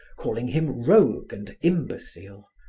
calling him rogue and imbecile,